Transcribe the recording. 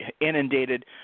inundated